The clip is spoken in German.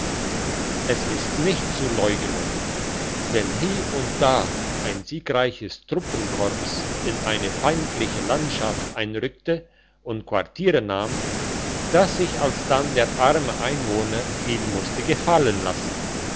es ist nicht zu leugnen wenn hie und da ein siegreiches truppenkorps in eine feindliche landschaft einrückte und quartiere nahm dass sich alsdann der arme einwohner viel musste gefallen lassen